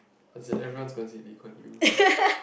as in everyone is going to see Lee-Kuan-Yew